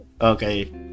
Okay